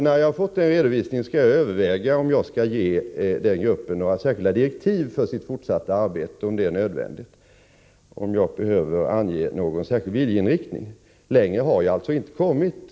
När jag har fått den redovisningen, skall jag överväga om jag skall ge arbetsgruppen några särskilda direktiv för dess fortsatta arbete och om jag behöver ange någon särskild viljeinriktning. Längre har jag inte kommit.